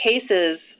cases